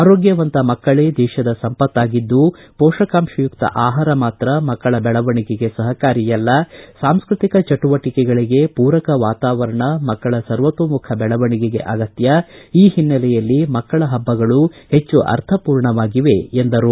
ಆರೋಗ್ಣವಂತ ಮಕ್ಕಳೆ ದೇಶದ ಸಂಪತ್ತಾಗಿದ್ದು ಪೋಶಕಾಂಶಯುಕ್ತ ಆಹಾರ ಮಾತ್ರ ಮಕ್ಕಳ ಬೆಳವಣಿಗೆಗೆ ಸಹಕಾರಿಯಲ್ಲ ಸಾಂಸ್ಕೃತಿಕ ಚಟುವಟಿಕೆಗಳಿಗೆ ಪೂರಕ ವಾತಾವರಣ ಮಕ್ಕಳ ಸರ್ವತೋಮುಖ ಬೆಳವಣಿಗೆಗೆ ಅಗತ್ಯ ಈ ಅರ್ಥಪೂರ್ಣವಾಗಿವೆ ಎಂದರು